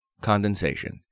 Condensation